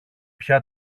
πια